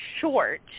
short